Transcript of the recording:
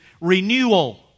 renewal